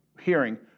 hearing